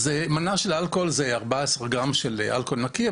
אז מנה של אלכוהול זה 14 גרם של אלכוהול נקי,